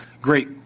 Great